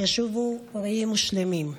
שישובו בריאים ושלמים.